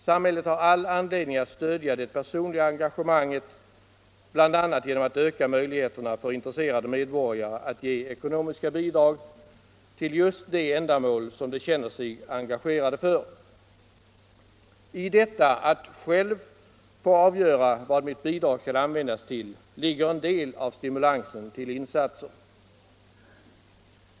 Samhället har all anledning att stödja det personliga engagemanget bl.a. genom att öka möjligheterna för intresserade medborgare att ge ekonomiska bidrag till just de ändamål som de känner sig engagerade för. I detta att själv få avgöra vad mitt bidrag skall användas till ligger en del av stimulansen till insatser.